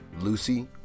Lucy